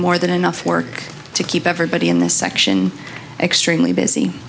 more than enough work to keep everybody in this section extremely busy